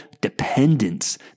dependence